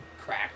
Crack